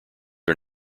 are